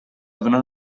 donar